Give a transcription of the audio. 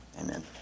amen